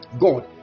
god